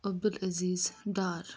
Abdul Aziz Dar